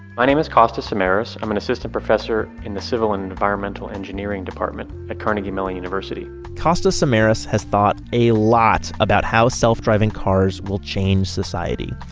my name is costa samaras. i'm an assistant professor in the civil and environmental engineering department at carnegie mellon university costa samaras samaras has thought a lot about how self-driving cars will change society.